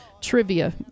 trivia